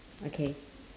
okay